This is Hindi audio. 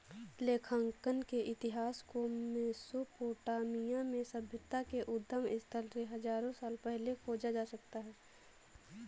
लेखांकन के इतिहास को मेसोपोटामिया में सभ्यता के उद्गम स्थल से हजारों साल पहले खोजा जा सकता हैं